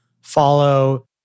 follow